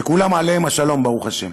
שכולם עליהם השלום, ברוך השם.